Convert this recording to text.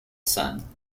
sun